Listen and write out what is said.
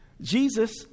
Jesus